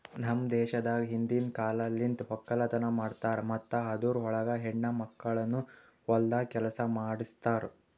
ನಮ್ ದೇಶದಾಗ್ ಹಿಂದಿನ್ ಕಾಲಲಿಂತ್ ಒಕ್ಕಲತನ ಮಾಡ್ತಾರ್ ಮತ್ತ ಅದುರ್ ಒಳಗ ಹೆಣ್ಣ ಮಕ್ಕಳನು ಹೊಲ್ದಾಗ್ ಕೆಲಸ ಮಾಡ್ತಿರೂ